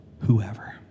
whoever